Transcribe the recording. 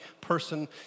person